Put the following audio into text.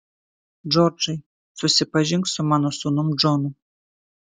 džordžai susipažink su mano sūnum džonu